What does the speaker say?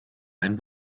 ein